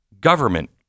government